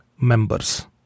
members